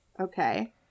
Okay